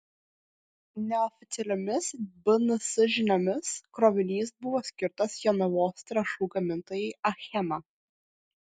neoficialiomis bns žiniomis krovinys buvo skirtas jonavos trąšų gamintojai achema